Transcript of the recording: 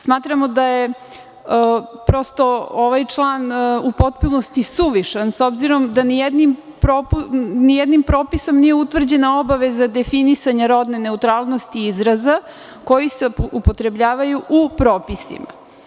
Smatramo da je prosto ovaj član u potpunosti suvišan, s obzirom da nijednim propisom nije utvrđena obaveza definisanja rodne neutralnosti izraza koji se upotrebljavaju u propisima.